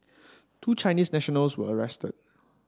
two Chinese nationals were arrested